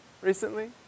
recently